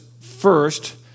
first